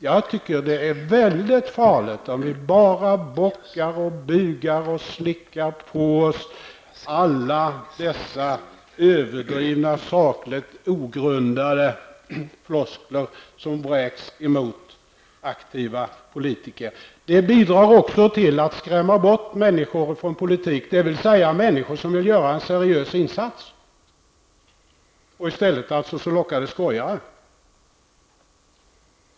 Jag tycker att det är väldigt farligt om vi bara bockar, bugar och slickar i oss alla dessa överdrivna och sakligt ogrundande floskler som vräks mot aktiva politiker. Det bidrar också till att skrämma bort människor från politiken, människor som vill göra en seriös insats, och i stället locka dit skojare.